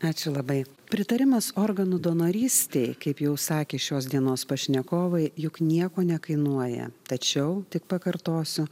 ačiū labai pritarimas organų donorystei kaip jau sakė šios dienos pašnekovai juk nieko nekainuoja tačiau tik pakartosiu